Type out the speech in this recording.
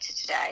today